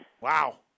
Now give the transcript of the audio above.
Wow